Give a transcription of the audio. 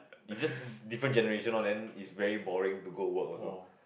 is just different generation loh then is very boring to go work also